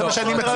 זה מה שאני מציע,